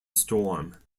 storm